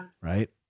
Right